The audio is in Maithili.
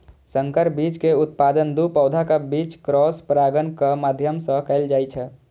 संकर बीज के उत्पादन दू पौधाक बीच क्रॉस परागणक माध्यम सं कैल जाइ छै